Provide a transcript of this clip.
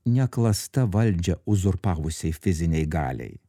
ne klasta valdžią uzurpavusiai fizinei galiai